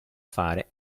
fare